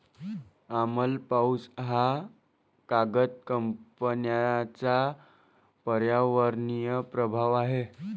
आम्ल पाऊस हा कागद कंपन्यांचा पर्यावरणीय प्रभाव आहे